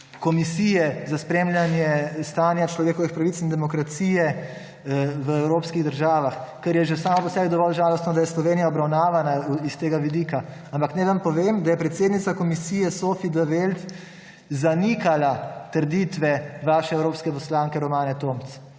komisije za spremljanje stanja človekovih pravic in demokracije v evropskih državah, kar je že samo po sebi dovolj žalostno, da je Slovenija obravnavana s tega vidika. Ampak naj vam povem, da je predsednica komisije Sophie in 't Veld zanikala trditve vaše evropske poslanke Romane Tomc.